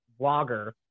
blogger